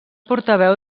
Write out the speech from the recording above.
portaveu